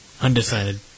Undecided